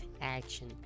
action